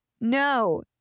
No